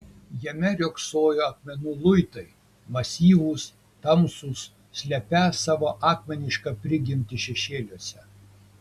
jame riogsojo akmenų luitai masyvūs tamsūs slepią savo akmenišką prigimtį šešėliuose